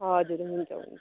हजुर हुन्छ हुन्छ